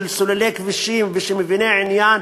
סוללי כבישים ומביני עניין,